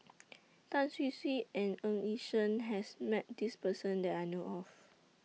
Tan Hwee Hwee and Ng Yi Sheng has Met This Person that I know of